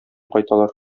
кайталар